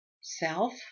self